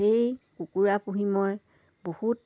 এই কুকুৰা পুহি মই বহুত